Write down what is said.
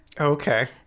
okay